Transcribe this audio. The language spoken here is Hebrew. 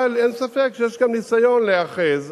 אבל אין ספק שיש כאן ניסיון להיאחז,